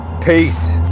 Peace